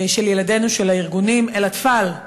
של ילדינו, של הארגונים, "אל-אטפאל",